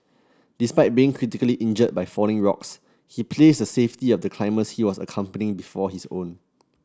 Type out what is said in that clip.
despite being critically injured by falling rocks he placed a safety of the climber he was accompanying before his own